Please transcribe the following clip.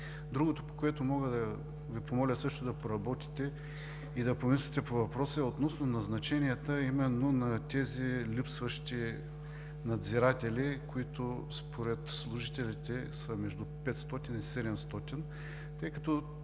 Другото, по което Ви моля също да поработите и да помислите по въпроса, е относно назначенията именно на тези липсващи надзиратели, които според служителите са между 500 и 700. Това